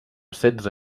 setze